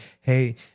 hey